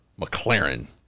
McLaren